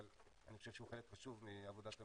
אבל אני חושב שהוא חלק חשוב מעבודת המשרד.